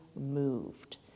moved